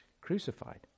crucified